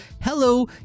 hello